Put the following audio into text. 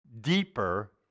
deeper